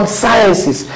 sciences